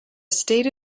state